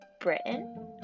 britain